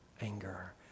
anger